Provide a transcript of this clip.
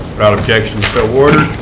without objection, so ordered.